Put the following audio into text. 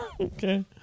Okay